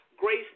Grace